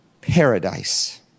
paradise